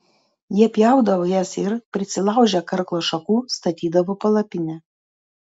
jie pjaudavo jas ir prisilaužę karklo šakų statydavo palapinę